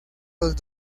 los